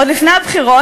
עוד לפני הבחירות,